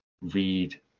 read